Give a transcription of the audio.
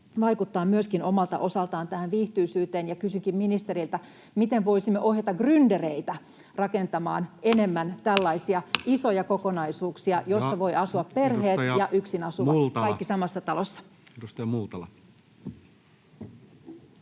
vaikuttaa myöskin omalta osaltaan tähän viihtyisyyteen. Kysynkin ministeriltä: miten voisimme ohjata gryndereitä rakentamaan enemmän tällaisia isoja kokonaisuuksia, joissa voivat asua perheet ja yksinasuvat, kaikki samassa talossa? [Speech 50]